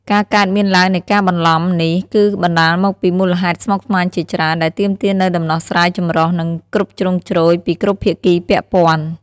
ការកើតមានឡើងនៃការបន្លំនេះគឺបណ្ដាលមកពីមូលហេតុស្មុគស្មាញជាច្រើន ដែលទាមទារនូវដំណោះស្រាយចម្រុះ និងគ្រប់ជ្រុងជ្រោយពីគ្រប់ភាគីពាក់ព័ន្ធ។